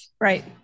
right